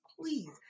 please